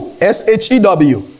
S-H-E-W